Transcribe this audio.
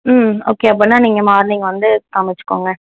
ம் ஓகே அப்படின்னா நீங்கள் மார்னிங் வந்து காமிச்சிக்கோங்க